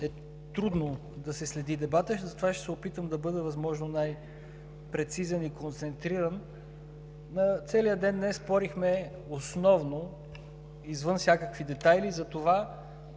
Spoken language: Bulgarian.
е трудно да се следи дебатът, затова ще се опитам да бъда възможно най-прецизен и концентриран. Целият ден днес спорихме основно, извън всякакви детайли, за това